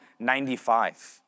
95